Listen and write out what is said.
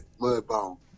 Mudbone